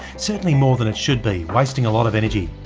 certainly more than it should be, wasting a lot of energy.